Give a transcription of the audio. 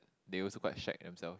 they also quite shack themselves